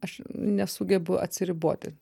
aš nesugebu atsiriboti